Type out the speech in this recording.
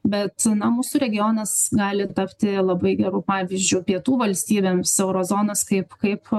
bet na mūsų regionas gali tapti labai geru pavyzdžiu pietų valstybėms euro zonos kaip kaip